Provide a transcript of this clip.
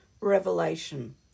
Revelation